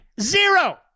Zero